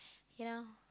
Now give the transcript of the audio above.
you know